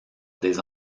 des